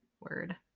Word